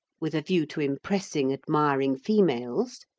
with a view to impressing admiring females,